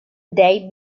day